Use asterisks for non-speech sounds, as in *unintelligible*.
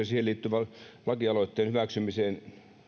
*unintelligible* siihen liittyvän lakialoitteen hyväksymisestä